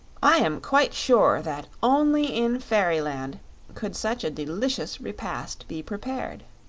i am quite sure that only in fairyland could such a delicious repast be prepared.